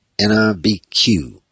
NRBQ